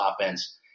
offense